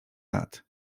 lat